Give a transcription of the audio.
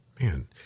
Man